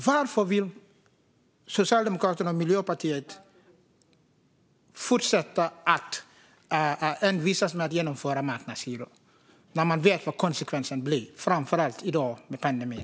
Varför fortsätter Socialdemokraterna och Miljöpartiet att envisas med att införa marknadshyror? Ni vet ju vad konsekvenserna blir, framför allt med tanke på pandemin.